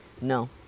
No